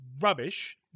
rubbish